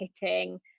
hitting